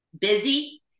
busy